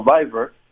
survivor